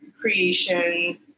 creation